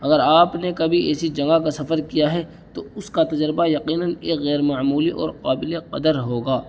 اگر آپ نے کبھی ایسی جگہ کا سفر کیا ہے تو اس کا تجربہ یقیناً ایک غیرمعمولی اور قابل قدر ہوگا